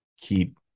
keep